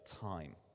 time